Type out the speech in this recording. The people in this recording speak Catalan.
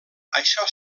això